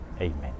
Amen